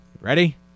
ready